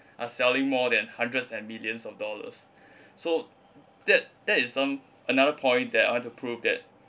are selling more than hundreds and millions of dollars so that that is some another point that I want to prove that